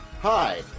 Hi